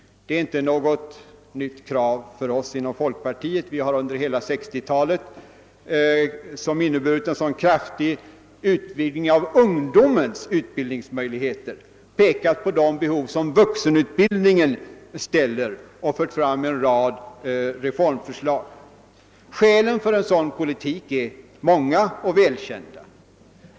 Det är för oss inom folkpartiet inte något nytt krav; vi har under hela 1960-talet, som inneburit en så kraftig förbättring av ungdomens utbildningsmöjligheter, pekat på de behov som vuxenutbildningen ställer och fört fram en rad reformförslag. Skälen för en sådan politik är många och välkända.